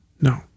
No